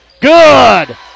Good